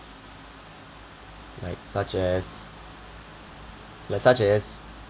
like such as like such as